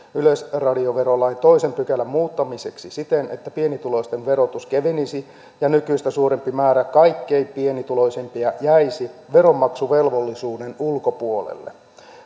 yleisradioverolain toisen pykälän muuttamiseksi siten että pienituloisten verotus kevenisi ja nykyistä suurempi määrä kaikkein pienituloisimpia jäisi veronmaksuvelvollisuuden ulkopuolelle